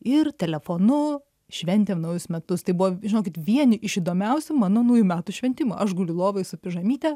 ir telefonu šventėm naujus metus tai buvo žinokit vieni iš įdomiausių mano naujų metų šventimų aš guliu lovoj su pižamyte